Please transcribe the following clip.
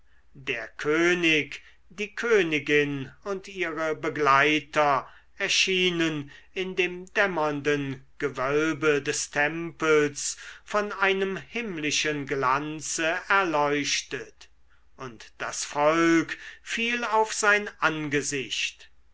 der könig die königin und ihre begleiter erschienen in dem dämmernden gewölbe des tempels von einem himmlischen glanze erleuchtet und das volk fiel auf sein angesicht